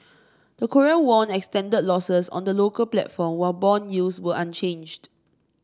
the Korean won extended losses on the local platform while bond yields were unchanged